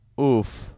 Oof